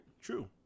True